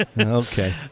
Okay